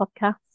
podcast